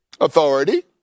Authority